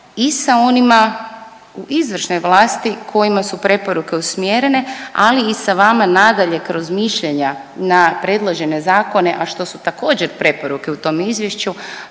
i sa onima u izvršnoj vlasti kojima su preporuke usmjerene, ali i sa vama nadalje kroz mišljenja na predložene zakone, a što su također preporuke u tom izvješću